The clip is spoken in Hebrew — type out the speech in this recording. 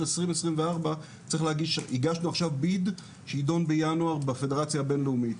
2024. הגשנו עכשיו bid שידון בינואר בפדרציה הבינלאומית.